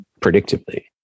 predictably